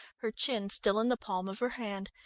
her chin still in the palm of her hand.